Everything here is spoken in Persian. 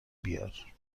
بیار